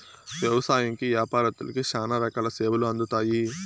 వ్యవసాయంకి యాపారత్తులకి శ్యానా రకాల సేవలు అందుతాయి